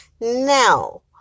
now